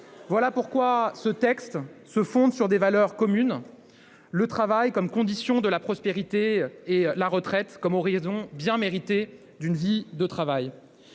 Voilà pourquoi ce texte se fonde sur des valeurs communes : le travail comme condition de la prospérité et la retraite comme horizon bien mérité, après une vie de travail.